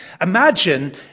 Imagine